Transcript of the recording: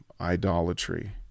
idolatry